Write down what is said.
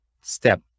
step